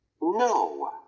No